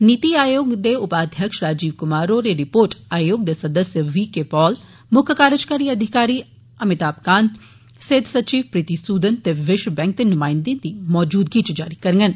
नीति आयोग दे उपाध्यक्ष राजीव कुमार होर एह् रिपोर्ट आयोग दे सदस्य वी के पाल मुक्ख कार्जकारी अधिकारी अमिताभ कांत सेहत सचिव प्रीति सूदन ते विष्व बैंक दे नुमाइंदें दी मौजूदगी इच जारी करंडन